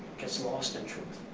gets lost in truth.